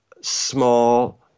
small